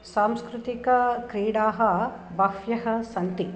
सांस्कृतिकक्रीडाः बह्व्यः सन्ति